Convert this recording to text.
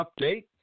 update